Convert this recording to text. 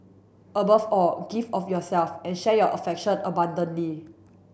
above all give of yourself and share your affection abundantly